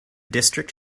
district